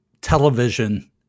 television